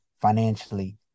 financially